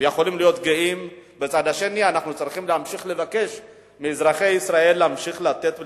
אבל מצד שני אנחנו צריכים להמשיך לבקש מאזרחי ישראל להמשיך לתת ולסייע.